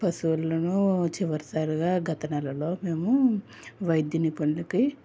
పశువులను చివరిసారిగా గత నెలలో మేము వైద్య నిపుణులకి